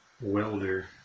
welder